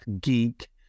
geek